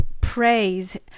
praise